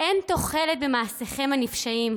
אין תוחלת במעשיכם הנפשעים.